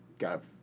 Got